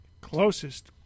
Closest